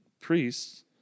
priests